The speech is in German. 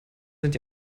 sind